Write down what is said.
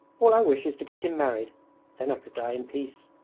all i wish is to get him married then i could die in peace